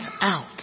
out